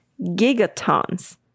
gigatons